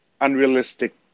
unrealistic